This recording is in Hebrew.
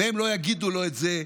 והם לא יגידו לו את זה,